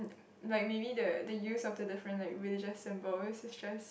like maybe the the use of the different like religious symbols is just